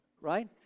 right